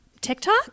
TikTok